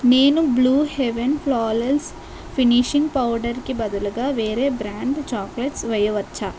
నేను Blue Heaven flawless finishing పౌడర్కి బదులు వేరే బ్రాండ్ చాక్లెట్స్ వేయవచ్చా